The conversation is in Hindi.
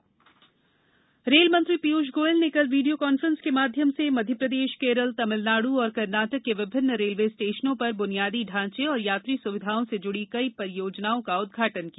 रेलवे परियोजनाएं रेल मंत्री पीयूष गोयल ने कल वीडियो कांफ्रेंस के माध्यम से मध्य प्रदेश केरल तमिलनाडु और कर्नाटक के विभिन्न रेलवे स्टेशनों पर बुनियादी ढांचे और यात्री सुविधाओं से जुडी कई परियोजनाओं का उद्घाटन किया